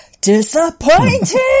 disappointed